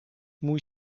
mój